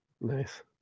Nice